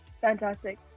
fantastic